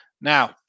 Now